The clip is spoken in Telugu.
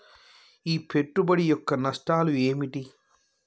ఈ పెట్టుబడి యొక్క నష్టాలు ఏమిటి?